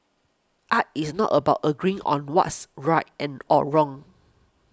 art is not about agreeing on what's right and or wrong